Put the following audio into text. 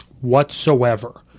whatsoever